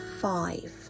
five